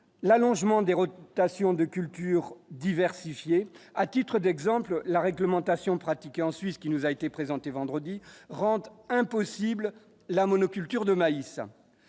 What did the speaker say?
l'allongement des rotations de culture diversifiée à titre d'exemple, la réglementation pratiquée en Suisse, qui nous a été présenté vendredi rendent impossible la monoculture de maïs,